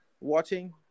watching